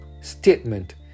statement